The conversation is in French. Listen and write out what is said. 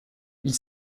ils